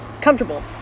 comfortable